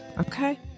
Okay